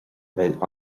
bheith